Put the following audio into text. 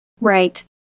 Right